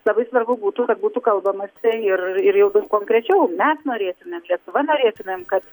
labai svarbu būtų kad būtų kalbamasi ir ir jau konkrečiau mes norėtumėm lietuva norėtų kad